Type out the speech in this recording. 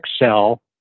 excel